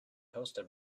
hosted